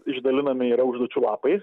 išdalinami yra užduočių lapai